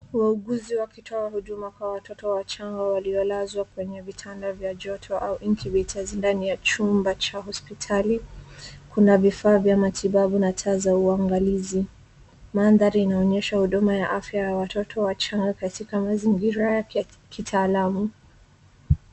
Wauguzi wakitoa huduma kwa watoto wachanga waliolazwa kwenye vitanda vya joto au incubators ndani ya chumba cha hosipitali. Kuna vifaa vya matibabu na taa za uangalizi. Mandhari inaonyesha huduma ya afya ya watoto wachanga katika mazingira ya kitaalamu.